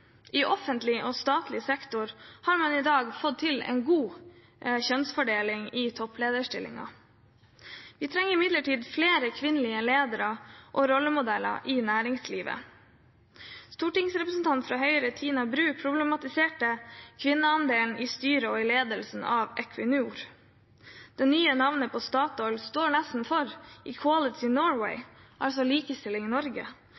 I offentlig og statlig sektor har man i dag fått til en god kjønnsfordeling i topplederstillinger. Vi trenger imidlertid flere kvinnelige ledere og rollemodeller i næringslivet. Stortingsrepresentant fra Høyre Tina Bru problematiserte kvinneandelen i styre og i ledelsen av Equinor. Det nye navnet på Statoil står nesten for «equality in Norway», altså likestilling i Norge.